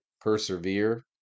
persevere